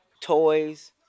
toys